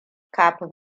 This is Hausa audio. kafin